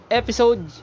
episode